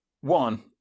One